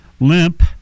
limp